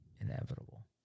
Inevitable